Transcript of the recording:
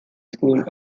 school